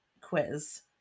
quiz